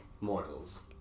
mortals